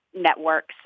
Networks